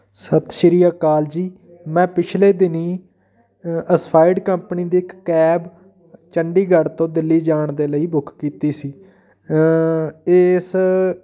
ਸਤਿ ਸ਼੍ਰੀ ਅਕਾਲ ਜੀ ਮੈਂ ਪਿਛਲੇ ਦਿਨੀਂ ਅਸਫਾਈਡ ਕੰਪਨੀ ਦੀ ਇੱਕ ਕੈਬ ਚੰਡੀਗੜ੍ਹ ਤੋਂ ਦਿੱਲੀ ਜਾਣ ਦੇ ਲਈ ਬੁੱਕ ਕੀਤੀ ਸੀ ਇਸ